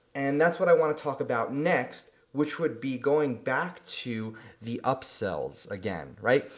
and that's what i wanna talk about next which would be going back to the upsells again, right.